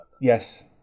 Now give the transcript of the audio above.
Yes